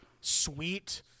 sweet